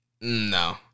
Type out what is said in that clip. No